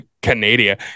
canada